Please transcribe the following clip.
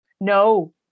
no